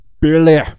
Billy